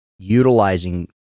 utilizing